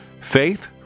faith